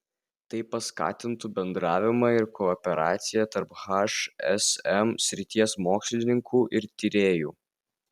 tai paskatintų bendravimą ir kooperaciją tarp hsm srities mokslininkų ir tyrėjų